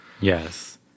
Yes